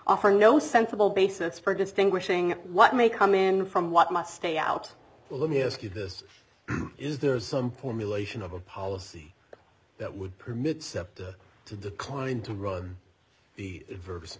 offer no sensible basis for distinguishing what may come in from what might stay out let me ask you this is there some formulation of a policy that would permit septa to decline to run the verbs